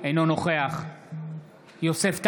אינו נוכח יוסף טייב,